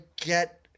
get